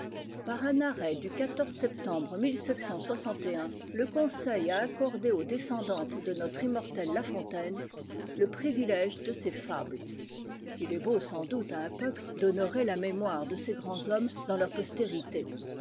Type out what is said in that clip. par un arrêt du septembre le conseil a accordé aux descendantes de notre immortel la fontaine le privilège de ses fables il est beau sans doute à un peuple d'honorer la mémoire de ses grands hommes dans leur postérité